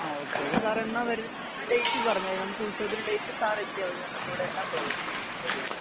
ആ okay okay സാറെന്നാണ് വരുന്നതെന്ന് ഡെയ്റ്റ് പറഞ്ഞാൽ മതി നമുക്ക് ഉത്സവത്തിന് ഡെയ്റ്റ്ൽ സാറെത്തിയാൽ മതി നമുക്ക് ഇവിടെ എല്ലാം പ്രൊവൈഡ് ചെയ്യും റെഡിയാക്കാം